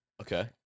Okay